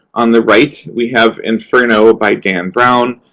on the right, we have inferno ah by dan brown.